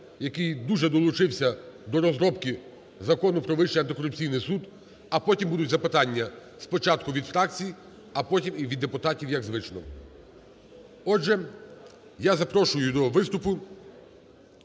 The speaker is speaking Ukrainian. який дуже долучився до розробки Закону "Про Вищий антикорупційний суд", а потім будуть запитання: спочатку – від фракцій, а потім – від депутатів, як звично. Отже, я запрошую до виступу